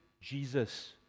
Jesus